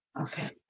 Okay